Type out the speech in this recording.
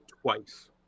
twice